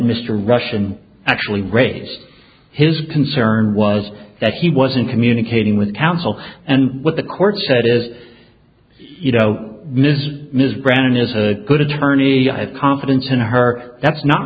mr russian actually raise his concern was that he wasn't communicating with counsel and what the court said is you know miss miss brandon is a good attorney i have confidence in her that's not